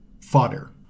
fodder